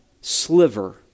sliver